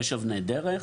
יש אבני דרך.